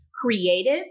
creative